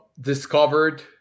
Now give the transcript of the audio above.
discovered